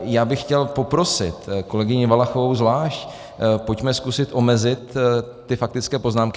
Já bych chtěl poprosit kolegyni Valachovou zvlášť, pojďme zkusit omezit ty faktické poznámky.